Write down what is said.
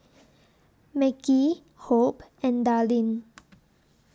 Mekhi Hope and Darlene